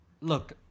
look